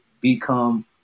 become